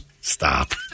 Stop